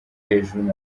hejuru